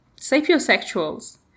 sapiosexuals